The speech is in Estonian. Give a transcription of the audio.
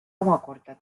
omakorda